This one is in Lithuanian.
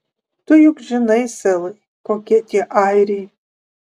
tu juk žinai selai kokie tie airiai